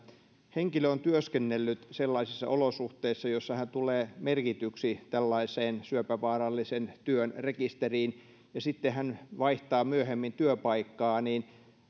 henkilö on työskennellyt sellaisissa olosuhteissa joissa hän tulee merkityksi tällaiseen syöpävaarallisen työn rekisteriin ja sitten hän vaihtaa myöhemmin työpaikkaa niin